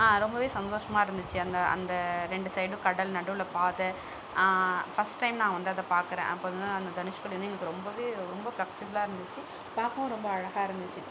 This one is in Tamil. ரொம்ப சந்தோஷமாக இருந்துச்சு அந்த அந்த ரெண்டு சைடும் கடல் நடுவில் பாதை ஃபர்ஸ்ட் டைம் நான் வந்து அதை பார்க்குறேன் அப்போ தான் அந்த தனுஷ்கோடி வந்து எங்களுக்கு ரொம்ப ரொம்ப ஃபிளக்ஸிபிளாக இருந்துச்சு பார்க்கவும் ரொம்ப அழகாக இருந்துச்சு